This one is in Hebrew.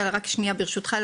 ברשותך,